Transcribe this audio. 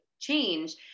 change